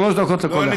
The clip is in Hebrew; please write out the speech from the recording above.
שלוש דקות לכל אחד.